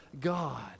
God